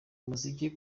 umuziki